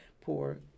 poor